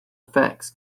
effects